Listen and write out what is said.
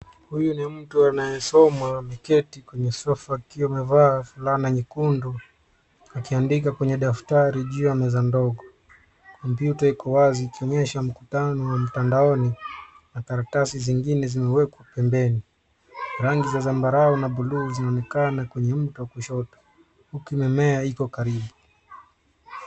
Huyu ni mtu anayesoma ameketi kwenye sofa, akiwa amevaa fulana nyekundu, akiandika kwenye daftari juu ya meza ndogo. Kompyuta iko wazi, ikionyesha mkutano wa mtandaoni, na karatasi zingine zimewekwa pembeni. Rangi za zambarao na buluu zinaonekana kwenye mtu wa kushoto. Huku ikiegemea iko karibu.